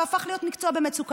וזה הפך להיות מקצוע במצוקה.